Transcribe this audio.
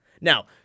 Now